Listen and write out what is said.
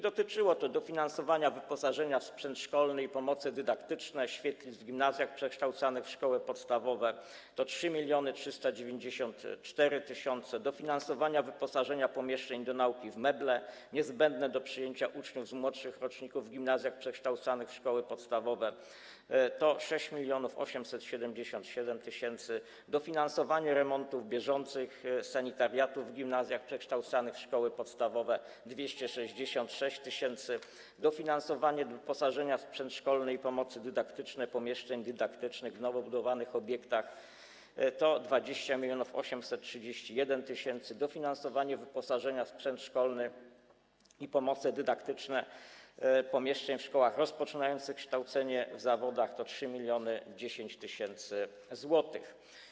Dotyczyło to dofinansowania wyposażenia w sprzęt szkolny i pomoce dydaktyczne, świetlic w gimnazjach przekształcanych w szkoły podstawowe - 3394 tys.; dofinansowania wyposażenia pomieszczeń do nauki w meble niezbędne do przyjęcia uczniów z młodszych roczników w gimnazjach przekształcanych w szkoły podstawowe - 6877 tys.; dofinansowanie remontów bieżących, sanitariatów w gimnazjach przekształcanych w szkoły podstawowe - 266 tys.; dofinansowanie wyposażenia w sprzęt szkolny i pomoce dydaktyczne pomieszczeń dydaktycznych w nowo budowanych obiektach - 20 831 tys.; dofinansowanie wyposażenia w sprzęt szkolny i pomoce dydaktyczne pomieszczeń w szkołach rozpoczynających kształcenie w zawodach - to 3010 tys. zł.